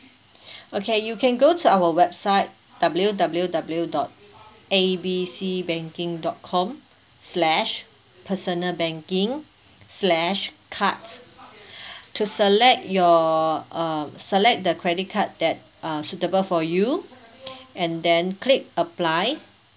okay you can go to our website W_W_W dot A B C banking dot com slash personal banking slash cards to select your uh select the credit card that uh suitable for you and then click apply